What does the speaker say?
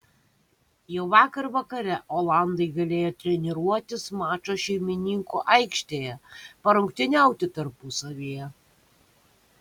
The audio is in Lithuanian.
jau vakar vakare olandai galėjo treniruotis mačo šeimininkų aikštėje parungtyniauti tarpusavyje